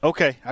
Okay